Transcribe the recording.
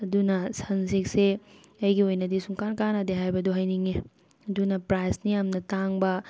ꯑꯗꯨꯅ ꯁꯟꯁꯤꯜꯛꯁꯦ ꯑꯩꯒꯤ ꯑꯣꯏꯅꯗꯤ ꯁꯨꯡꯀꯥꯟ ꯀꯥꯟꯅꯗꯦ ꯍꯥꯏꯕꯗꯣ ꯍꯥꯏꯅꯤꯡꯉꯤ ꯑꯗꯨꯅ ꯄ꯭ꯔꯥꯏꯁꯅ ꯌꯥꯝꯅ ꯇꯥꯡꯕ